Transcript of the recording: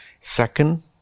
Second